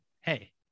hey